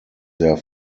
their